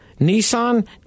Nissan